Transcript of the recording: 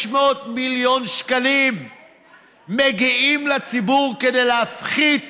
מיליון שקלים מגיעים לציבור כדי להפחית